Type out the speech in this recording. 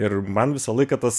ir man visą laiką tas